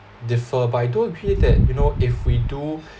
differ but I don't feel that you know if we do